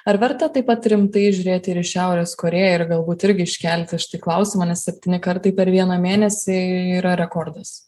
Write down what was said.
ar verta taip pat rimtai žiūrėti ir į šiaurės korėją ir galbūt irgi iškelti štai klausimą nes septyni kartai per vieną mėnesį yra rekordas